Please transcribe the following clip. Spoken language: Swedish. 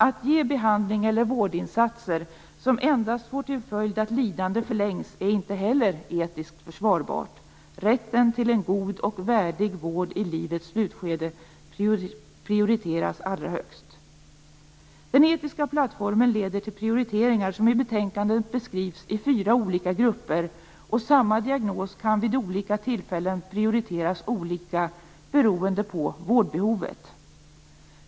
Att ge behandling eller vårdinsatser som endast får till följd att lidande förlängs är inte heller etiskt försvarbart. Rätten till en god och värdig vård i livets slutskede prioriteras allra högst. Den etiska plattformen leder till prioriteringar som i betänkandet beskrivs i fyra olika grupper, och samma diagnos kan vid olika tillfällen prioriteras olika beroende på vårdbehovet.